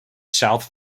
south